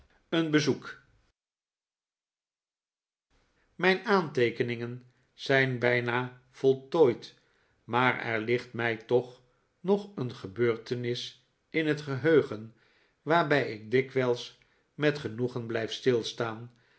een bezoek mijn aanteekeningen zijn bijna voltooid maar er ligt mij toch nog een gebeurtenis in het geheugen waarbij ik dikwijls met genoegen blijf stilstaan